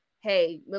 hey